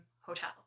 Hotel